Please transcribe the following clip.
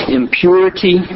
impurity